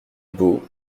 beau